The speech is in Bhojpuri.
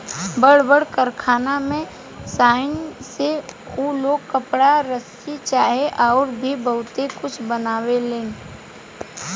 बड़ बड़ कारखाना में सनइ से उ लोग कपड़ा, रसरी चाहे अउर भी बहुते कुछ बनावेलन